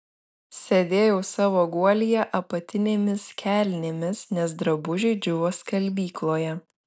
sėdėjau savo guolyje apatinėmis kelnėmis nes drabužiai džiūvo skalbykloje